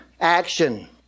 action